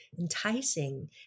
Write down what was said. enticing